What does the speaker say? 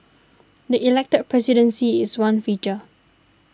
the elected presidency is one feature